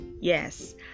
yes